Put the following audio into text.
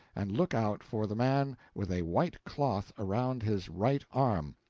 and look out for the man with a white cloth around his right arm.